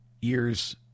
years